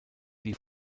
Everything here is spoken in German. die